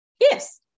Yes